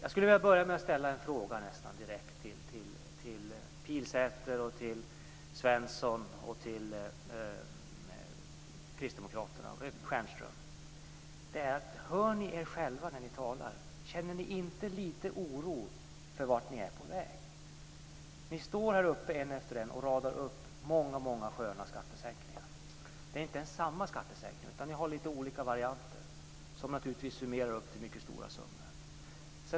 Gösta Svenson och Michael Stjernström om ni hör er själva när ni talar. Känner ni inte litet oro för vart ni är på väg? En efter en radar ni i denna talarstol upp förslag om många sköna skattesänkningar. Det är inte ens fråga om samma skattesänkningar, utan ni har litet olika förslag som naturligtvis slutligen handlar om mycket stora summor.